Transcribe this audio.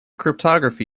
cryptography